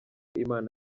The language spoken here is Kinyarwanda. imana